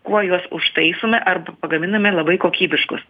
kuo juos užtaisome arba pagaminame labai kokybiškus